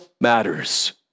matters